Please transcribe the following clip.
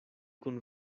kun